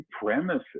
premises